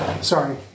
sorry